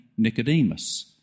Nicodemus